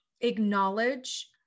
acknowledge